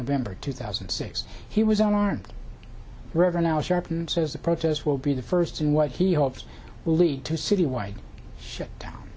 november two thousand and six he was on our reverend al sharpton says the protests will be the first in what he hopes will lead to a citywide shutdown